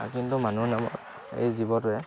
কিন্তু মানুহ নামৰ এই জীৱটোৱে